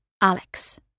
Alex